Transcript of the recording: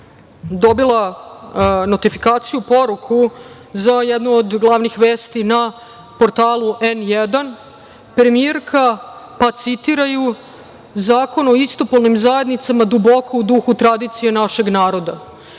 dobila notifikaciju, poruku za jednu od glavnih vesti na portalu N1, premijerka, pa citiraju – „Zakon o istopolnim zajednicama, duboko u duhu tradicije našeg naroda“.Dakle,